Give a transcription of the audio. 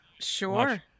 sure